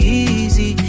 easy